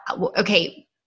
Okay